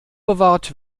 bewahrt